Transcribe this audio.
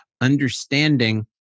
understanding